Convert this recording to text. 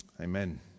Amen